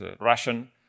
Russian